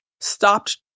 stopped